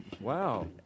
Wow